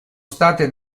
state